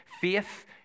Faith